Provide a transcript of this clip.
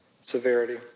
severity